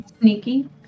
sneaky